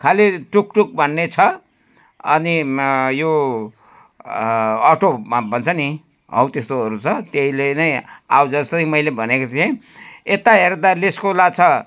खालि टुकटुक भन्ने छ अनि यो अटो भन्छ नि हो त्यस्तोहरू छ त्यहीले नै आउजाउ चाहिँ मैले भनेको थिएँ यता हेर्दा लेस खोला छ